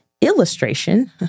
illustration